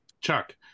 Chuck